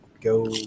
go